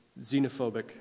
xenophobic